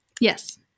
Yes